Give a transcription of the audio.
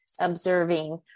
observing